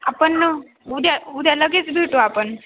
आपण उद्या उद्या लगेच भेटू आपण